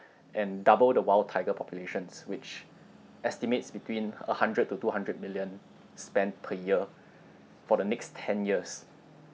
and double the wild tiger populations which estimates between a hundred to two hundred million spent per year for the next ten years